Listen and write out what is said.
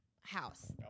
House